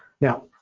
Now